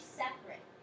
separate